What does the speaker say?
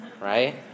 right